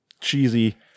cheesy